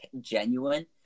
genuine